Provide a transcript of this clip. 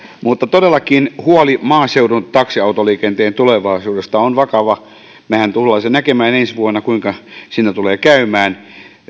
mutta todellakin huoli maaseudun taksiautoliikenteen tulevaisuudesta on vakava mehän tulemme sen näkemään ensi vuonna kuinka siinä tulee käymään